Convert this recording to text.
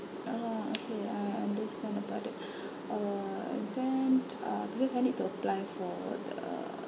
uh okay I understand about that uh then uh because I need to apply for the